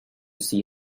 see